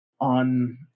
on